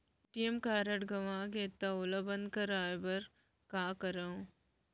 ATM card गंवा गे है ओला बंद कराये बर का करंव?